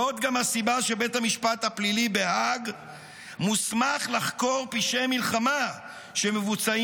זאת גם הסיבה שבית המשפט הפלילי בהאג מוסמך לחקור פשעי מלחמה שמבוצעים